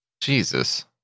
Jesus